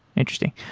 interesting.